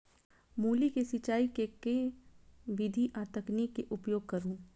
मूली केँ सिचाई केँ के विधि आ तकनीक केँ उपयोग करू?